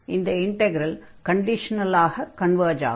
இந்த இன்டக்ரல் கண்டிஷனலாக கன்வர்ஜ் ஆகும்